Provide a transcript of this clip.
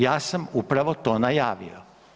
Ja sam upravo to najavio.